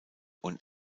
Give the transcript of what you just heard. und